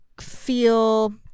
feel